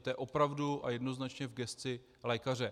To je opravdu a jednoznačně v gesci lékaře.